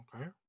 Okay